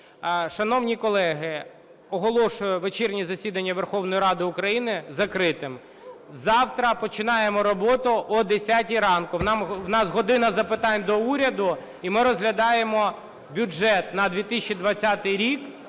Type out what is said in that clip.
Шановні колеги! Оголошую вечірнє засідання Верховної Ради закритим. Завтра починаємо роботу о 10-й ранку. У нас "година запитань до Уряду", і ми розглядаємо бюджет на 2020 рік